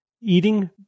eating